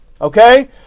Okay